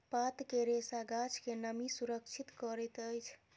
पात के रेशा गाछ के नमी सुरक्षित करैत अछि